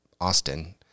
Austin